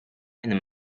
and